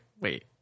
wait